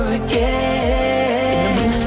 again